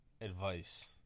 advice